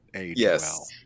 Yes